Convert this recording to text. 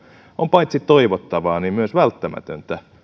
on paitsi toivottavaa myös välttämätöntä